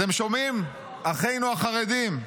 אתם שומעים, אחינו החרדים?